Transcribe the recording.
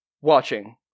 watching